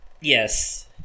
Yes